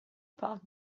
park